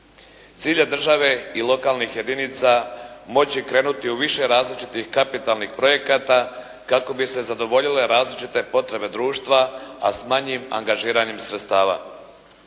Cilj je države i lokalnih jedinica moći krenuti u više različitih kapitalnih projekata kako bi se zadovoljile različite potrebe društva, a s manjim angažiranjem sredstava.